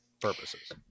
purposes